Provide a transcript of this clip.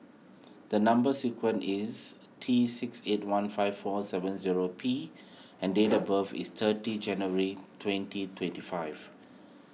the Number Sequence is T six eight one five four seven zero P and date of birth is thirty January twenty twenty five